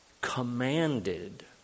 commanded